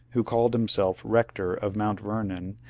who called himself rector of mount vernon,